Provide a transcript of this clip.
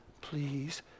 please